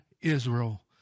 Israel